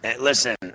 Listen